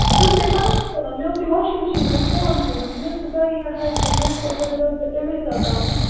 بہٕ ٲسسےَ پَلو چھَلان مےٚ اوسُے واشِنٛگ مِشیٖن پٮ۪ٹھ فون تھوٚومُت مےٚ ٲس نہٕ پَیی یہِ ہَے ہَے مےٚ آسہِ ہا پےَ بہٕ آسہٕ ہا تَمے ساتہٕ آمٕژ